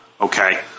Okay